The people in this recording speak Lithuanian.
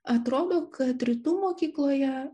atrodo kad rytų mokykloje